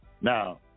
Now